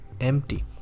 empty